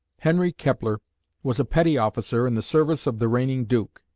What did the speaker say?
henry kepler was a petty officer in the service of the reigning duke,